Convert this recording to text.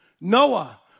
Noah